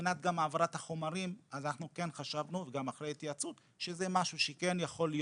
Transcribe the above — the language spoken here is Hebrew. מבחינת גם העברת החומרים אז אנחנו כן חשבנו שזה משהו שכן יכול להיות,